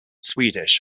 swedish